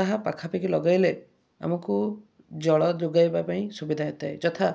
ତାହା ପାଖାପାଖି ଲଗାଇଲେ ଆମକୁ ଜଳ ଯୋଗାଇବା ପାଇଁ ସୁବିଧା ହୋଇଥାଏ ଯଥା